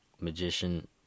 magician